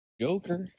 Joker